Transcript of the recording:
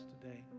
today